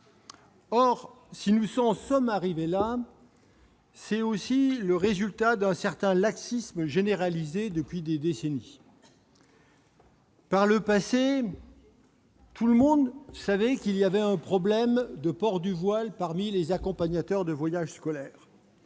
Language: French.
Or, si nous en sommes arrivés là, c'est aussi le résultat d'un certain laxisme généralisé depuis des décennies. Dans le passé, tout le monde savait qu'il existait un problème lié au port du voile chez les accompagnateurs de voyages scolaires.